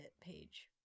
page